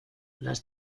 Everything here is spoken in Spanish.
las